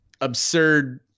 absurd